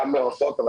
גם מרחוק.